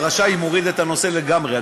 ה"רשאי" מוריד את הנושא לגמרי.